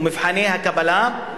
ומבחני הקבלה,